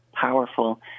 powerful